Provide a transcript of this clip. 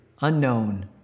unknown